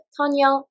Tanya